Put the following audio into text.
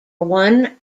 one